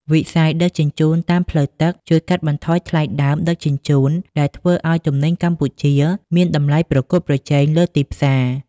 វិស័យដឹកជញ្ជូនតាមផ្លូវទឹកជួយកាត់បន្ថយថ្លៃដើមដឹកជញ្ជូន ដែលធ្វើឱ្យទំនិញកម្ពុជាមានតម្លៃប្រកួតប្រជែងលើទីផ្សារ។